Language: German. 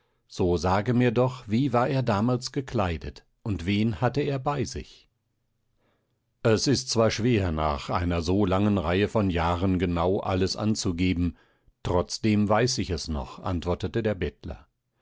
so sage mir doch wie war er damals gekleidet und wen hatte er bei sich es ist zwar schwer nach einer so langen reihe von jahren genau alles anzugeben trotzdem weiß ich es noch antwortete der bettler